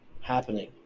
happening